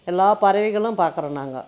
எல்லா பறவைகளும் பார்க்கறோம் நாங்கள்